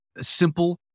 simple